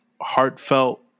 heartfelt